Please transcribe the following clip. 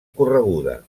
correguda